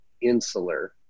insular